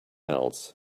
else